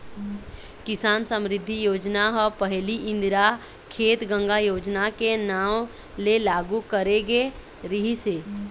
किसान समरिद्धि योजना ह पहिली इंदिरा खेत गंगा योजना के नांव ले लागू करे गे रिहिस हे